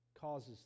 causes